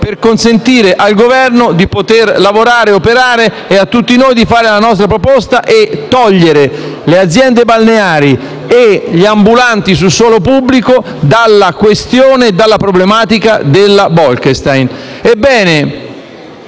per consentire al Governo di poter lavorare, operare e a tutti noi di fare la nostra proposta e togliere le aziende balneari e gli ambulanti su suolo pubblico dalla problematica della Bolkestein.